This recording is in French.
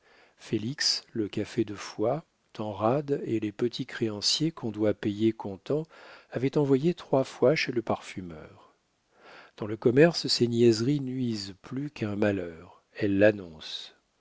félix le café de foy tanrade et les petits créanciers qu'on doit payer comptant avaient envoyé trois fois chez le parfumeur dans le commerce ces niaiseries nuisent plus qu'un malheur elles